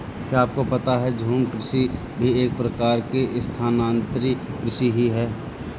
क्या आपको पता है झूम कृषि भी एक प्रकार की स्थानान्तरी कृषि ही है?